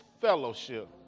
fellowship